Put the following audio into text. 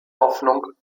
hoffnung